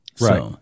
Right